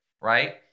right